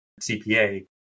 CPA